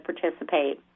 participate